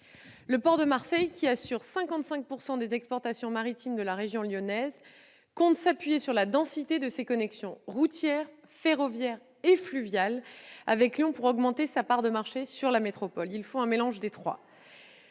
pour renforcer son. Assurant 55 % des exportations maritimes de la région lyonnaise, il compte s'appuyer sur la densité de ses connexions routières, ferroviaires et fluviales avec Lyon pour augmenter sa part de marché sur la métropole ; il faut un mélange des trois.